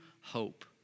hope